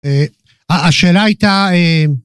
השאלה הייתה